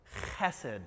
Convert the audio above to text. Chesed